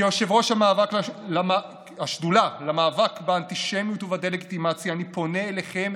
כיושב-ראש השדולה למאבק באנטישמיות ובדה-לגיטימציה אני פונה אליכם,